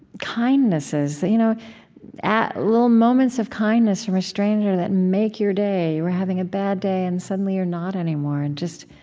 kindnesses, you know little moments of kindness from a stranger that make your day. you're having a bad day and suddenly you're not anymore. and just